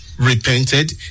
repented